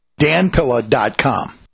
danpilla.com